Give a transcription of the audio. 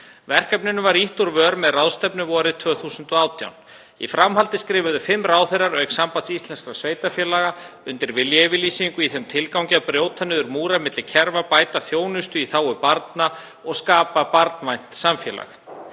Verkefninu var ýtt úr vör með ráðstefnu vorið 2018. Í framhaldi skrifuðu fimm ráðherrar, auk Sambands íslenskra sveitarfélaga, undir viljayfirlýsingu í þeim tilgangi að brjóta niður múra milli kerfa, bæta þjónustu í þágu barna og skapa barnvænt samfélag.